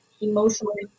Emotionally